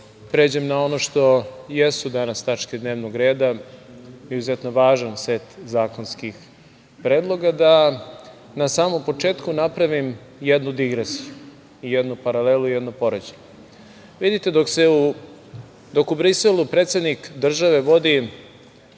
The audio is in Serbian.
pređem na ono što jesu danas tačke dnevnog reda, izuzetno važan set zakonskih predloga, da na samom početku napravim jednu digresiju, jednu paralelu i jedno poređenje. Vidite, dok u Briselu predsednik države vodi